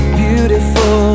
beautiful